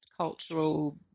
cultural